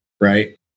right